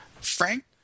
Frank